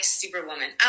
superwoman